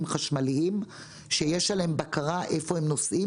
חשמליים שיש עליהם בקרה היכן הם נוסעים.